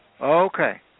Okay